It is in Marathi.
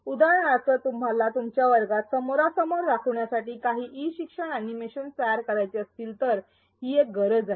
उदाहरणार्थ तुम्हाला तुमच्या वर्गात समोरासमोर दाखवण्यासाठी काही ई शिक्षण अनिमेशन्स तयार करायचे असतील तर हि एक गरज आहे